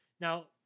Now